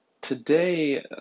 today